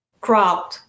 crowd